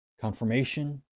Confirmation